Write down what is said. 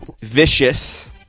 vicious